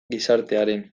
gizartearen